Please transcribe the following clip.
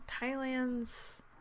Thailand's